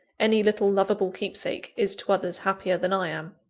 any little loveable keepsake, is to others happier than i am.